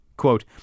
Quote